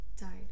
died